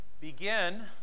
begin